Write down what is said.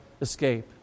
escape